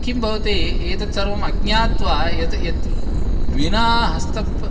किं भवति एतत् सर्वमज्ञात्वा यत् यत् विनाहस्तपि